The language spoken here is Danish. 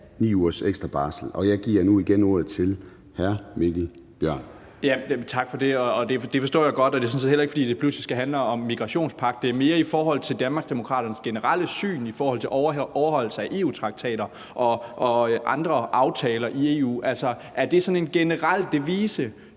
9 ugers ekstra barsel. Og jeg giver nu igen ordet til hr. Mikkel Bjørn. Kl. 16:54 Mikkel Bjørn (DF): Tak for det, og det forstår jeg godt. Og det er sådan set heller ikke, fordi det pludselig skal handle om migrationspagt; det er mere i forhold til Danmarksdemokraternes generelle syn på overholdelse af EU-traktater og andre aftaler i EU. Altså, er det sådan en generel devise